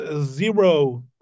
zero